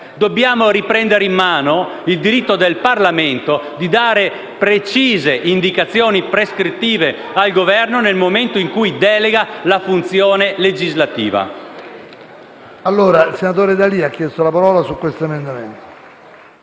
Dobbiamo riprendere in mano il diritto del Parlamento di dare precise indicazioni prescrittive al Governo nel momento in cui delega la funzione legislativa.